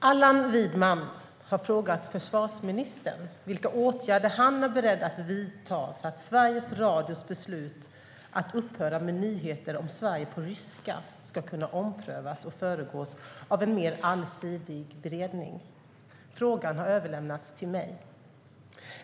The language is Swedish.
Fru talman! Allan Widman har frågat försvarsministern vilka åtgärder han är beredd att vidta för att Sveriges Radios beslut att upphöra med nyheter om Sverige på ryska ska kunna omprövas och föregås av en mer allsidig beredning. Frågan har överlämnats till mig.